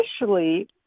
Initially